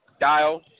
dial